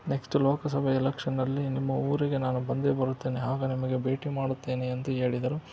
next Lok Sabha ಎಲೆಕ್ಷನ್ನಲ್ಲಿ ನಿಮ್ಮ ಊರಿಗೆ ನಾನು ಬಂದೇ ಬರುತ್ತೇನೆ ಆಗ ನಿಮಗೆ ಭೇಟಿ ಮಾಡುತ್ತೇನೆ ಎಂದು ಹೇಳಿದರು